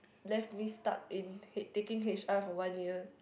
left me stuck in H taking H_R for one year